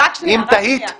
רק תני לי להמשיך את הדיון.